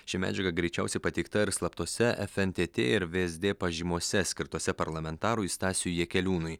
ši medžiaga greičiausiai pateikta ir slaptose fntt ir vsd pažymose skirtose parlamentarui stasiui jakeliūnui